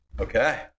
Okay